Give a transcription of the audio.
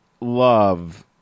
love